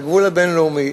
הגבול הבין-לאומי